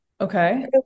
Okay